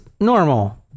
normal